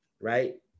right